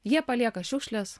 jie palieka šiukšles